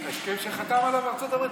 ההסכם שחתמה עליו ארצות הברית.